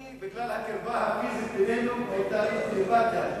בגלל הקרבה הפיזית בינינו היתה לי טלפתיה.